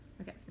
Okay